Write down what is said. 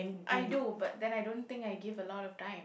I do but then I don't think I give a lot of time